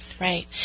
Right